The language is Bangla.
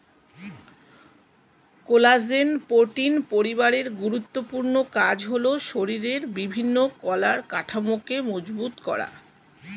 কোলাজেন প্রোটিন পরিবারের গুরুত্বপূর্ণ কাজ হলো শরীরের বিভিন্ন কলার কাঠামোকে মজবুত করা